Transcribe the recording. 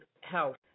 health